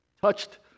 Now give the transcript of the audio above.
touched